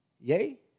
yay